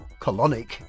Colonic